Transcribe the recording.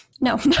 No